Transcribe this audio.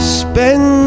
spend